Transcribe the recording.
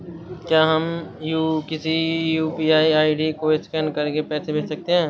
क्या हम किसी यू.पी.आई आई.डी को स्कैन करके पैसे भेज सकते हैं?